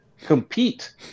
Compete